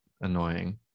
annoying